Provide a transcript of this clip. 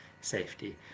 safety